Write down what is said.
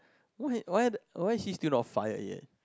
why why why she still not fired yet